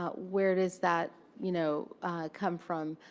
ah where does that you know come from?